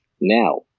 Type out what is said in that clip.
now